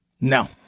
no